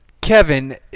Kevin